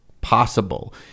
possible